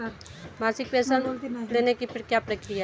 मासिक पेंशन लेने की क्या प्रक्रिया है?